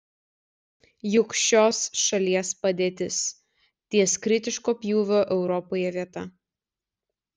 juk šios šalies padėtis ties kritiško pjūvio europoje vieta